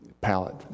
palette